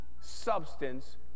substance